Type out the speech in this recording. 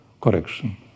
correction